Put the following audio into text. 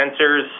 sensors